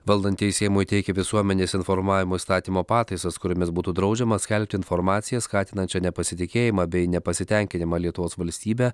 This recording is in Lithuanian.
valdantieji seimui teikia visuomenės informavimo įstatymo pataisas kuriomis būtų draudžiama skelbti informaciją skatinančią nepasitikėjimą bei nepasitenkinimą lietuvos valstybe